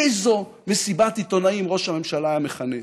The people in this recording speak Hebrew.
איזו מסיבת עיתונאים ראש הממשלה היה מכנס,